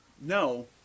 No